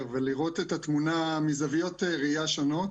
ולראות את התמונה מזוויות ראייה שונות.